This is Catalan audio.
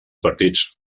partits